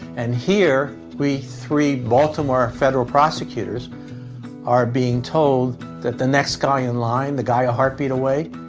and here we three baltimore federal prosecutors are being told that the next guy in line, the guy a heartbeat away,